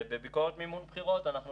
בביקורת מימון בחירות אנחנו